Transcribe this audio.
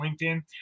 LinkedIn